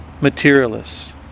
materialists